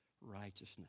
righteousness